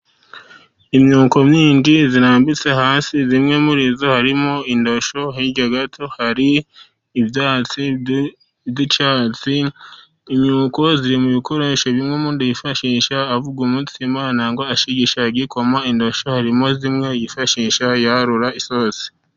Imyuko myinshi irambitse hasi. Imwe muri yo harimo indosho. Hirya gato hari ibyatsi by'icyatsi. imyuko iri mu bikoresho bimwe umuntu yifashisha avuga umutsima, nangwa ashigisha igikoma. Indoshyo harimo zimwe yifashisha yarura isosi.